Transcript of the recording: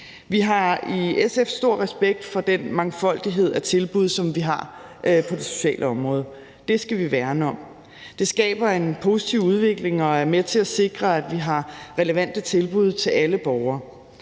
Vi har i SF stor respekt for den mangfoldighed af tilbud, som der er på det sociale område. Det skal vi værne om. Det skaber en positiv udvikling og er med til at sikre, at vi har relevante tilbud til alle borgere.